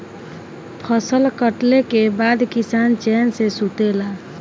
फसल कटले के बाद किसान चैन से सुतेला